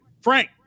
Frank